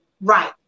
Right